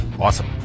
awesome